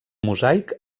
mosaic